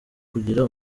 kugira